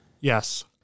Yes